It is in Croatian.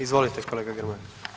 Izvolite kolega Grmoja.